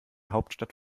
hauptstadt